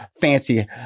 fancy